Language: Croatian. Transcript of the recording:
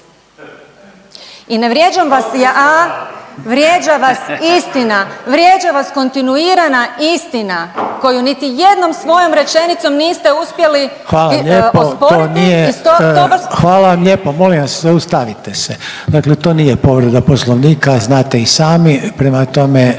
i ne vrijeđam vas ja, vrijeđa vas istina. Vrijeđa vas kontinuirana istina koju niti jednom svojom rečenicom niste uspjeli osporiti … **Reiner, Željko (HDZ)** Hvala vam lijepo. Molim vas zaustavite se. Dakle, to nije povreda Poslovnika znate i sami, prema tome